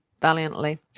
valiantly